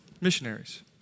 missionaries